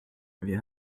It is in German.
wir